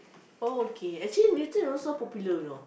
oh okay actually Newton also popular you know